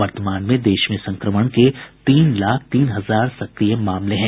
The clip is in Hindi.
वर्तमान में देश में संक्रमण के तीन लाख तीन हजार सक्रिय मामले हैं